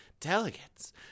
Delegates